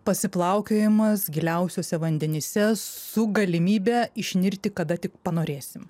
pasiplaukiojimas giliausiuose vandenyse su galimybe išnirti kada tik panorėsim